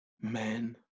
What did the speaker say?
Men